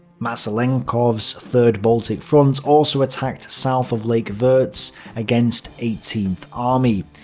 maslennikov's third baltic front also attacked south of lake virts against eighteenth army.